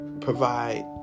provide